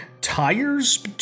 tires